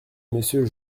monsieur